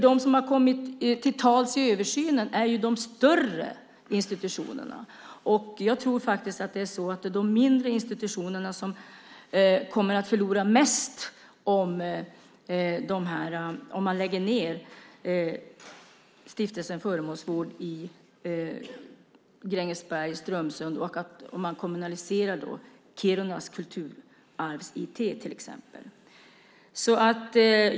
De som har kommit till tals i översynen är de större institutionerna, och jag tror att det är de mindre som kommer att förlora mest om man lägger ned Stiftelsen Föremålsvård i Grängesberg och Strömsund och kommunaliserar Kirunas Kulturarvs-IT till exempel.